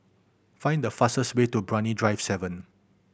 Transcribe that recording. find the fastest way to Brani Drive Seven